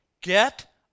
Get